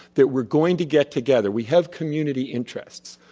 that we are going to get together, we have community interests.